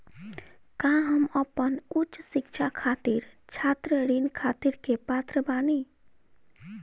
का हम अपन उच्च शिक्षा खातिर छात्र ऋण खातिर के पात्र बानी?